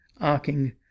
arcing